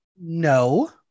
No